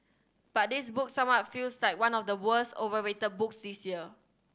but this book somewhat feels like one of the worst overrated books this year